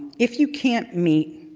if you can't meet